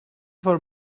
for